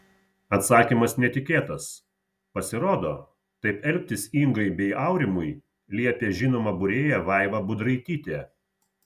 atsakymas netikėtas pasirodo taip elgtis ingai bei aurimui liepė žinoma būrėja vaiva budraitytė